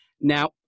Now